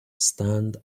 stand